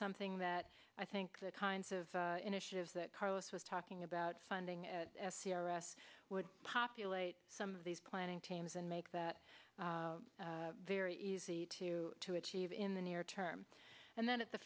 something that i think the kinds of initiatives that carlos was talking about funding at c r s would populate some of these planning teams and make that very easy to achieve in the near term and then at the